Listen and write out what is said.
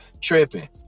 tripping